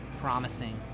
promising